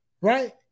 right